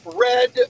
red